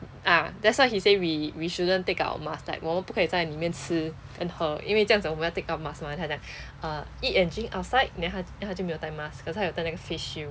ah that's why he say we we shouldn't take out our mask like 我们不可以在里面吃跟喝因为这样子我们要 take out mask mah 他讲 uh eat and drink outside then 他他就没有戴 mask 可是他有戴那个 face shield